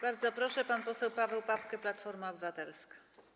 Bardzo proszę, pan poseł Paweł Papke, Platforma Obywatelska.